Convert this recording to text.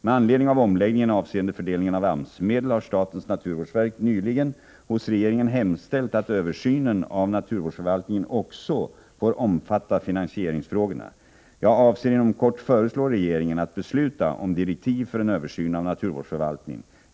Med anledning av omläggningen avseende fördelningen av AMS-medel har statens naturvårdsverk nyligen hos regeringen hemställt att översynen av naturvårdsförvaltningen också får omfatta finansieringsfrågorna. Jag avser inom kort att föreslå regeringen att besluta om direktiv för en översyn av naturvårdsförvaltningen.